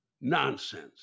Nonsense